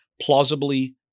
plausibly